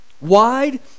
wide